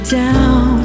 down